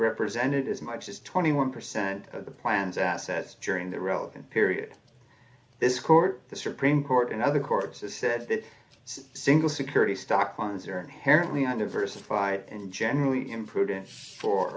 represented as much as twenty one percent of the plans assets during the relevant period this court the supreme court and other courts is said that single security stock arms are inherently undiversified and generally imprudent for